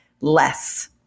less